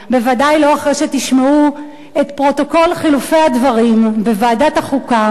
ודאי לא אחרי שתשמעו את פרוטוקול חילופי הדברים בוועדת החוקה,